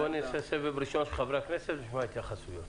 נעשה סבב ראשון של חברי הכנסת ונשמע התייחסויות.